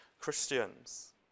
Christians